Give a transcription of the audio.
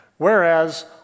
Whereas